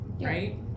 Right